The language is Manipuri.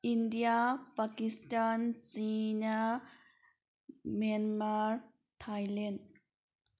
India Pakistan China Myanmar Thailand